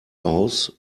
aus